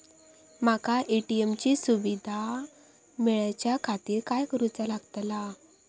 माका ए.टी.एम ची सुविधा मेलाच्याखातिर काय करूचा लागतला?